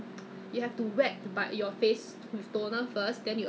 !huh! 还没有到半年 lah almost lah 这样这个 box 他跟我写一二三然后